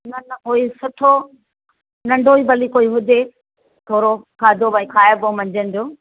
न न कोई सुठो नंढो ई भली कोई हुजे थोरो खाधो बई खाइबो मंझंदि जो